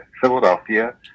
philadelphia